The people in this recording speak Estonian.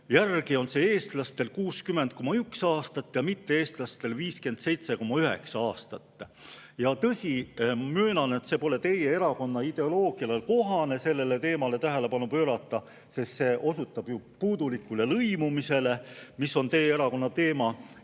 järgi on see [näitaja] eestlastel 60,1 aastat ja mitte-eestlastel 57,9 aastat. Ja tõsi, möönan, et pole teie erakonna ideoloogiale kohane sellele teemale tähelepanu pöörata, sest see ju osutab puudulikule lõimumisele, mis on teie erakonna teema,